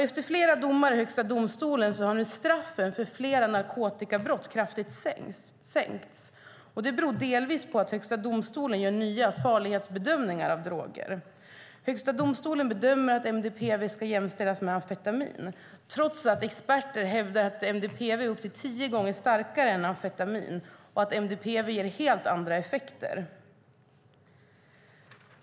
Efter flera domar i Högsta domstolen har nu straffen för flera narkotikabrott kraftigt sänkts. Det beror delvis på att Högsta domstolen gör nya farlighetsbedömningar av droger. Högsta domstolen bedömer att MDPV ska jämställas med amfetamin, trots att experter hävdar att MDPV är upp till tio gånger starkare än amfetamin och att MDPV ger helt andra effekter.